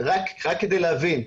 רק כדי להבין,